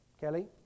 Kelly